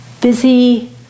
busy